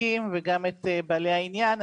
המחוקקים ואת בעלי העניין.